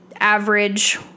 average